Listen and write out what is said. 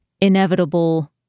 inevitable